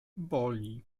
boli